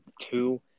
two